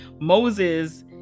Moses